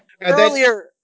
Earlier